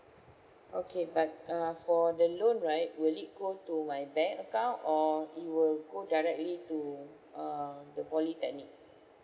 okay but err for the loan right will it go to my bank account or it will go directly to uh the polytechnic